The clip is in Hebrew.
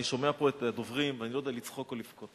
אני שומע פה את הדוברים ואני לא יודע אם לצחוק או לבכות.